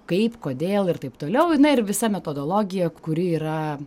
kaip kodėl ir taip toliau na ir visa metodologija kuri yra